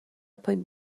pwynt